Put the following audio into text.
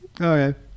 Okay